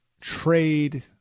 trade